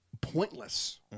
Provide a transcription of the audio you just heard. pointless